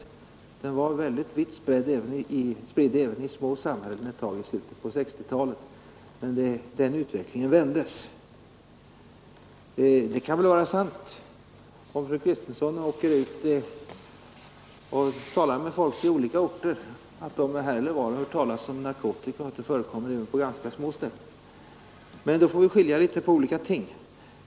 Narkotikan var väldigt vitt spridd även i små samhällen i slutet av 1960-talet, men den utvecklingen vändes. Det kan väl vara sant, om fru Kristensson åker ut och talar med folk i olika orter, att de här och var hört talas om narkotika och att det förekommer även på ganska små ställen. Där får vi emellertid skilja på olika ting.